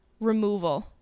removal